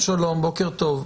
בוקר טוב.